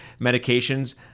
medications